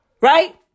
right